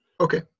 Okay